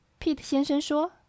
Pete先生说